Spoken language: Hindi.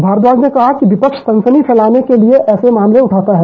भारद्वाज ने कहा कि विपक्ष सनसनी फैलाने कि लिए ऐसे मामले उठाता है